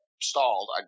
stalled